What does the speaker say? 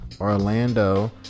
orlando